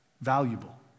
valuable